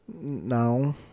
No